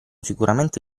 sicuramente